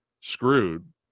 screwed